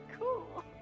cool